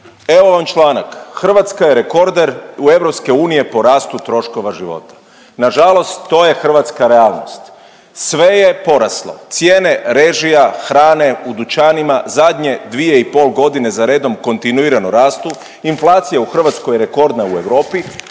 Evo vam članak „Hrvatska je rekorder EU po rastu troškova života“, nažalost to je hrvatska realnost. Sve je poraslo, cijene režija, hrane u dućanima zadnje 2 i pol godine zaredom kontinuirano rastu, inflacija u Hrvatskoj je rekordna u Europi,